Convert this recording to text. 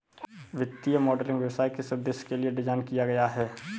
वित्तीय मॉडलिंग व्यवसाय किस उद्देश्य के लिए डिज़ाइन किया गया है?